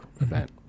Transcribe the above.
event